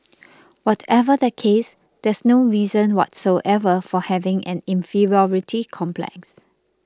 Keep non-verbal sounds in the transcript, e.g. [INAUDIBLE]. [NOISE] whatever the case there's no reason whatsoever for having an inferiority complex